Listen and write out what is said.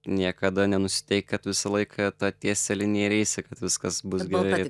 niekada nenusiteik kad visą laiką ta tiesia linija ir eisi kad viskas bus gerai